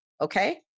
Okay